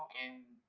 in